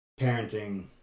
parenting